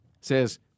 says